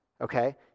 Okay